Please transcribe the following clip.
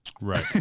Right